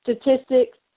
statistics